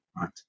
right